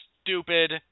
stupid